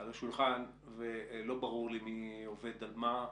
על השולחן ולא ברור לי מי עובד על מה.